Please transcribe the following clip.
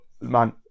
man